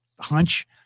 hunch